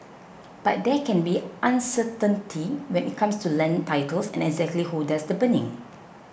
but there can be uncertainty when it comes to land titles and exactly who does the burning